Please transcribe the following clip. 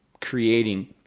creating